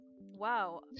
wow